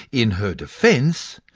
in her defence,